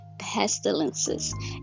pestilences